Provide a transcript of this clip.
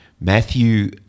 Matthew